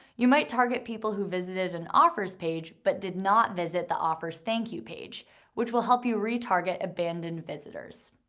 you might target people who visited an offers page, but did not visit the offers thank you page which will help you retarget abandoned visitors.